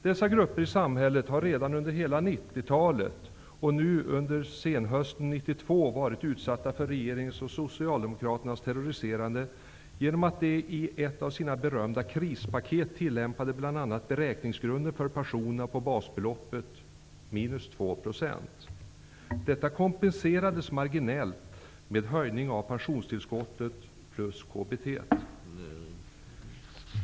Dessa grupper har under hela 1990-talet varit utsatta för regeringens och socialdemokraternas terroriserande bl.a. genom att man i ett av sina berömda krispaket tillämpade beräkningsgrunden för pensionerna på basbeloppet minus 2 %. Detta kompenserades marginellt med en höjning av pensionstillskottet plus kommunalt bostadstillägg.